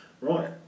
Right